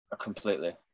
Completely